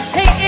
Hey